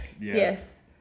Yes